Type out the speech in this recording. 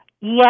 Yes